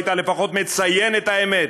היית לפחות מציין את האמת.